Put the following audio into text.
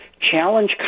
challenge